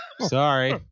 Sorry